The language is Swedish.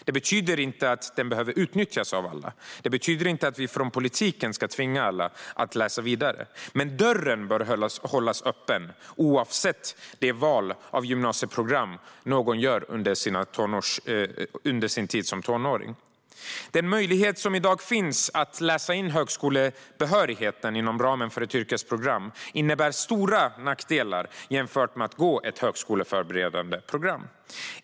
Det betyder inte att möjligheten behöver utnyttjas av alla och inte att vi inom politiken ska tvinga alla att läsa vidare, men dörren bör hållas öppen oavsett det val av gymnasieprogram som någon gör under sin tid som tonåring. Den möjlighet som i dag finns att läsa in högskolebehörigheten inom ramen för ett yrkesprogram innebär stora nackdelar jämfört med att gå ett högskoleförberedande program.